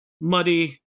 muddy